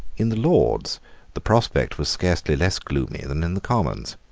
in the lords the prospect was scarcely less gloomy than in the commons.